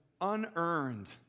unearned